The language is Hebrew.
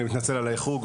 אני מתנצל על האיחור,